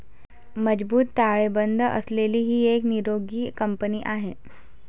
मजबूत ताळेबंद असलेली ही एक निरोगी कंपनी आहे